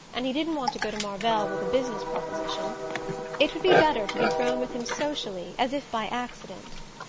and he didn't want to go to marvell with a business proposition it would be better to be thrown with him socially as if by accident.